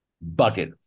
bucket